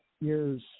years